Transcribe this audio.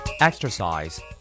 Exercise